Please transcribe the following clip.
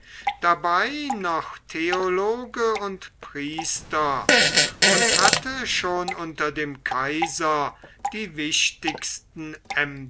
dabei noch theologe und priester und hatte schon unter dem kaiser die wichtigsten